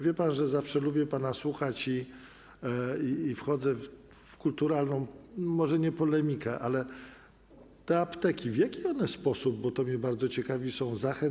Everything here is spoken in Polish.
Wie pan, że zawsze lubię pana słuchać i wchodzę w kulturalną może nie polemikę, ale te apteki: W jaki sposób one, bo to mnie bardzo ciekawi, są zachęcane?